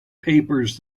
papers